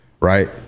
right